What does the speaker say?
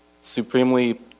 supremely